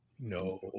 no